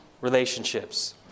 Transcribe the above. relationships